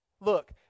Look